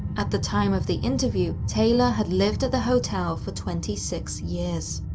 at the time of the interview, taylor had lived at the hotel for twenty six years.